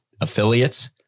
affiliates